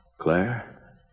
Claire